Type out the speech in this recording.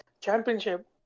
championship